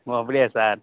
ஓ அப்படியா சார்